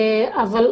אבל,